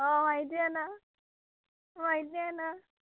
हो माहिती आहे ना माहिती आहे ना